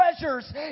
treasures